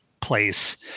place